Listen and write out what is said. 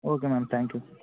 okay ma'am thank you